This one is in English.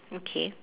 okay